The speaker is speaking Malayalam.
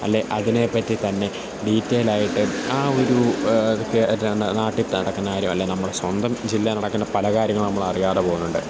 അല്ലെങ്കില് അതിനെ പറ്റി തന്നെ ഡീറ്റൈലായിട്ട് ആ ഒരു ഇതൊക്കെ എന്താണ് നാട്ടില് നടക്കുന്ന കാര്യം അല്ലെങ്കില് നമ്മുടെ സ്വന്തം ജില്ലയില് നടക്കുന്ന പലകാര്യങ്ങള് നമ്മള് അറിയാതെ പോണണ്ട്